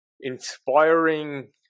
inspiring